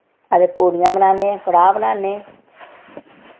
हां ते पूड़ियां बनाने कड़ाह् बनान्ने